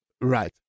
Right